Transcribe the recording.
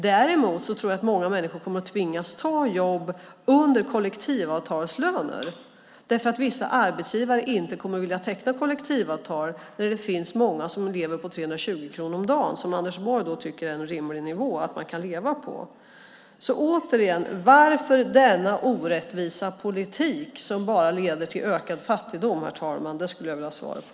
Däremot tror jag att många människor kommer att tvingas ta jobb under kollektivavtalslöner därför att vissa arbetsgivare inte kommer att vilja teckna kollektivavtal när det finns många som lever på 320 kronor om dagen, som Anders Borg tycker är en rimlig nivå som man kan leva på. Återigen: Varför denna orättvisa politik som bara leder till ökad fattigdom, herr talman? Det skulle jag vilja ha svar på.